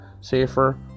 safer